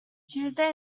tuesday